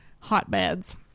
hotbeds